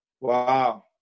Wow